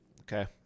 okay